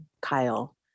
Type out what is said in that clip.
Kyle